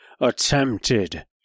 attempted